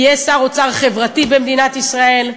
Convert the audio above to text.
כי יש שר אוצר חברתי במדינת ישראל,